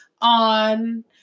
on